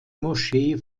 moschee